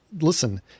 Listen